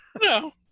No